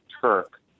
Turk